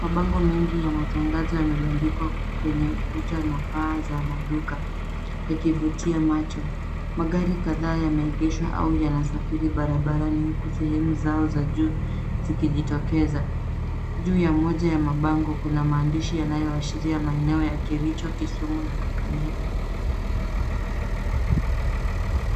Mabango mengi ya matangazo yamebandikwa kwenye ukuta na paa za maduka, yakivutia macho. Magari kadhaa yameegeshwa au yanasafiri barabarani huku sehemu zao za juu zikijitokeza. Juu ya moja ya mabango kuna maandishi yanayoashiria maeneo ya Kericho, Kisumu na Kakamega.